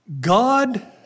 God